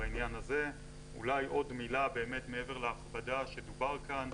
אולי עוד מילה מעבר להכבדה שדובר עליה כאן,